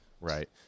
right